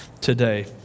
today